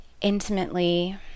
intimately